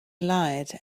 light